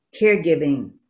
caregiving